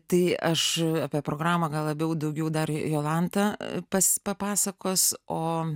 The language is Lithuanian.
tai aš apie programą gal labiau daugiau dar jolanta pas papasakos o